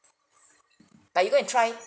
but you go and try